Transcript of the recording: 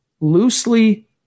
loosely